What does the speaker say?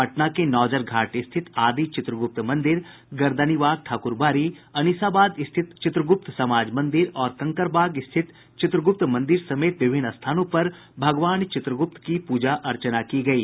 पटना के नौजर घाट स्थित आदि चित्रगुप्त मंदिर गर्दनीबाग ठाकुरबाड़ी अनिसाबाद स्थित चित्रगुप्त समाज मंदिर और कंकड़बाग स्थित चित्रगुप्त मंदिर समेत विभिन्न स्थानों पर भगवान चित्रगुप्त की पूजा अर्चना की गयी